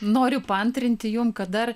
noriu paantrinti jums kad dar